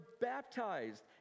baptized